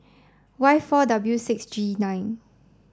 Y four W six G nine